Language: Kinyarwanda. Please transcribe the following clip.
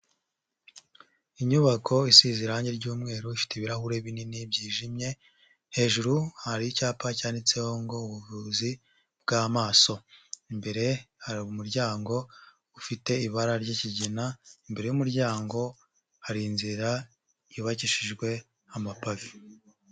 Inyubako isize irangi ry'umweru ifite ibirahure binini byijimye hejuru hari icyapa cyanditseho ngo :ubuvuzi bw'amaso imbere hari umuryango ufite ibara ry'ikigina imbere y'umuryango hari inzira yubakishijwe amapave.